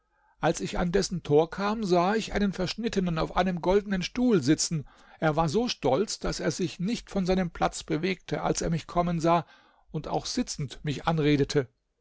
als ich an dessen tor kam sah ich einen verschnittenen auf einem goldenen stuhl sitzen er war so stolz daß er sich nicht von seinem platz bewegte als er mich kommen sah und auch sitzend mich anredete